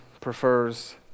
prefers